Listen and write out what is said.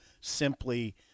simply